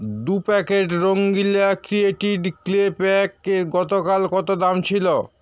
দু প্যাকেট রঙ্গিলা ক্রিয়েটিড ক্লে প্যাকের গতকাল কত দাম ছিল